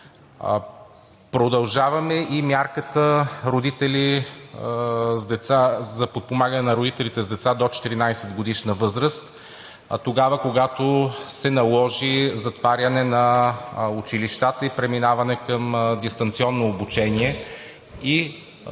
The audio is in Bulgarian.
Продължаваме и мярката за подпомагане на родителите с деца до 14-годишна възраст тогава, когато се наложи затваряне на училищата и преминаване към дистанционно обучение, за